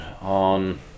on